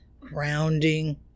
grounding